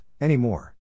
anymore